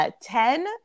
Ten